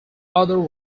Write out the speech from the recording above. other